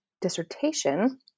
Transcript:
dissertation